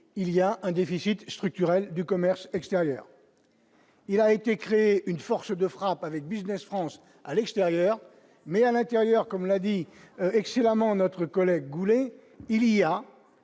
il y a un déficit structurel du commerce extérieur, il y a été créé une force de frappe avec Business France à l'extérieur, mais à l'intérieur, comme l'a dit excellemment notre collègue, il y a